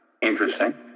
interesting